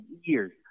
years